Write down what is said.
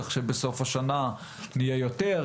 כך שבסוף השנה נהיה יותר,